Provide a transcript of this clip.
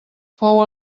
fou